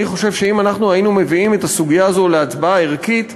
אני חושב שאם אנחנו היינו מביאים את הסוגיה הזאת להצבעה ערכית,